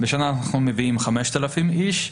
בשנה אנחנו מביאים 5,000 איש.